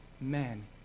men